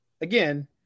again